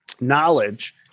knowledge